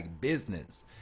business